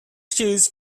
shoes